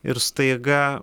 ir staiga